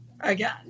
again